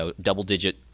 double-digit